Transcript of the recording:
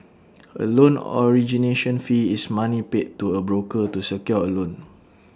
A loan origination fee is money paid to A broker to secure A loan